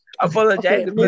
Apologize